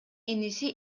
иниси